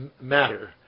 matter